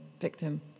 victim